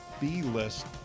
B-list